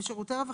אני רוצה